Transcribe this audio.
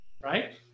right